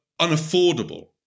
unaffordable